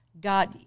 God